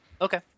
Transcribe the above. okay